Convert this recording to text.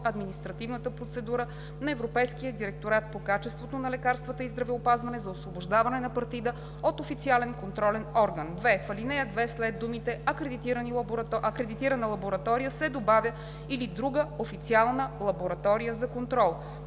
административната процедура на Европейския директорат по качеството на лекарствата и здравеопазване за освобождаване на партида от официален контролен орган.“ 2. В ал. 2 след думите „акредитирана лаборатория“ се добавя „или друга официална лаборатория за контрол“.